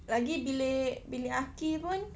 lagi bilik bilik aqi pun